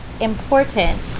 important